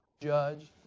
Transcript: judge